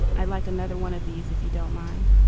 i'd like another one of these. if you don't mind